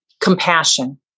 compassion